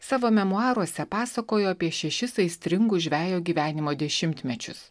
savo memuaruose pasakoja apie šešis aistringus žvejo gyvenimo dešimtmečius